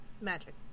Magic